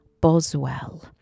Boswell